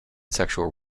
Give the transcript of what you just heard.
sexual